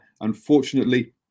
unfortunately